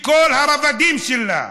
בכל הרבדים שלה,